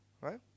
Right